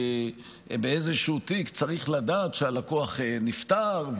באיזשהו תיק צריך לדעת שהלקוח נפטר,